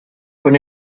con